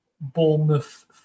bournemouth